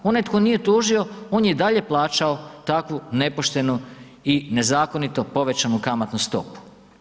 Onaj tko nije tužio on je i dalje plaćao takvu nepoštenu i nezakonito povećanu kamatnu stopu.